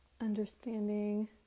understanding